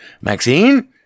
Maxine